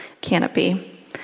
canopy